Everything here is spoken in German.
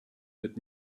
wird